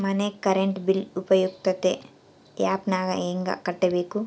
ಮನೆ current bill ಉಪಯುಕ್ತತೆ app ನಾಗ ಹೆಂಗ ಕಟ್ಟಬೇಕು?